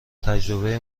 تجربه